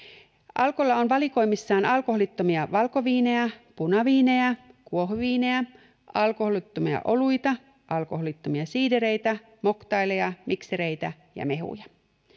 alkolla on valikoimissaan alkoholittomia valkoviinejä punaviinejä kuohuviinejä alkoholittomia oluita alkoholittomia siidereitä mocktaileja miksereitä ja mehuja